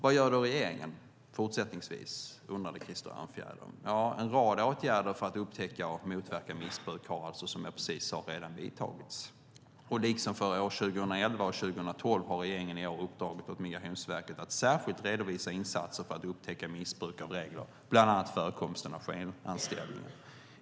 Vad gör då regeringen fortsättningsvis? undrade Krister Örnfjäder. Ja, en rad åtgärder för att upptäcka och motverka missbruk har alltså, som jag precis sade, redan vidtagits. Liksom åren 2011 och 2012 har regeringen i år uppdragit åt Migrationsverket att särskilt redovisa insatser för att upptäcka missbruk av regler, bland annat förekomsten av skenanställningar.